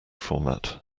format